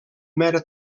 mera